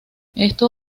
esto